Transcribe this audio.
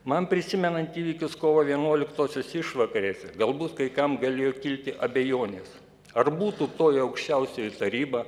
man prisimenant įvykius kovo vienuoliktosios išvakarėse galbūt kai kam galėjo kilti abejonės ar būtų toji aukščiausioji taryba